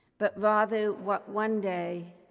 but rather what one day